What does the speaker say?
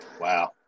Wow